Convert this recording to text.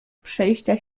przejścia